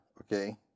okay